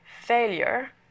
failure